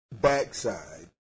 backside